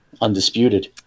Undisputed